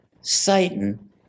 Satan